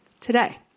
today